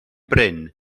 bryn